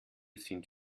sind